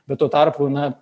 bet tuo tarpu na